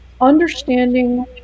understanding